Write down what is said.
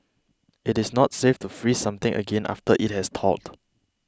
it is not safe to freeze something again after it has thawed